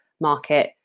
market